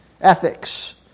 ethics